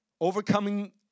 Overcoming